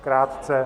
Krátce.